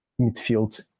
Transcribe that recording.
midfield